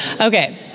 Okay